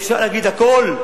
אפשר להגיד הכול,